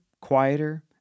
quieter